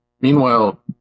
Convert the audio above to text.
Meanwhile